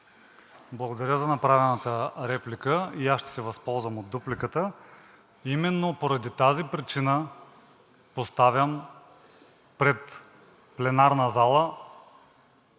Благодаря за направената реплика. И аз ще се възползвам от дупликата. Именно поради тази причина поставям пред пленарната зала